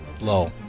low